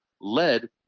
led